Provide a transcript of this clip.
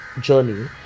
journey